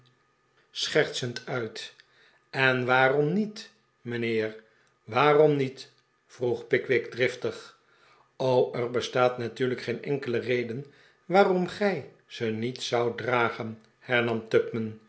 hertsend uit en waarom niet mijnheer waarom niet vroeg pickwick driftig er bestaat natuurlijk geen enkele reden waarom gij ze niet zoudt dragen